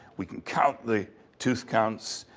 we can count the tooth counts,